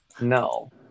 no